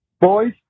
boys